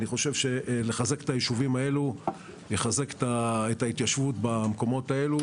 אני חושב שלחזק את הישובים האלו יחזק את ההתיישבות במקומות האלה.